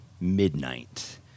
midnight